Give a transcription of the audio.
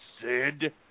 Sid